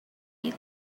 you